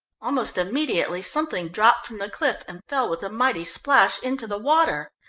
almost immediately something dropped from the cliff, and fell with a mighty splash into the water.